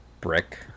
Brick